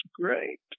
great